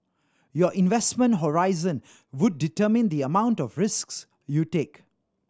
your investment horizon would determine the amount of risks you take